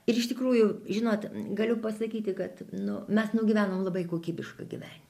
ir iš tikrųjų žinote galiu pasakyti kad nu mes nugyvenom labai kokybišką gyvenimą